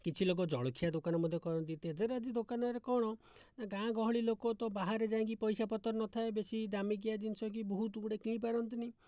କିଛି ଲୋକ ଜଳଖିଆ ଦୋକାନ ମଧ୍ୟ କରନ୍ତି ତେଜରାତି ଦୋକାନରେ କଣ ନା ଗାଁ ଗହଳି ଲୋକ ତ ବାହାରେ ଯାଇକି ପଇସା ପତର ନଥାଏ ବେଶୀ ଦାମିକିଆ ଜିନିଷକି ବହୁତ ଗୁଡ଼ିଏ କିଣି ପାରନ୍ତିନାହିଁ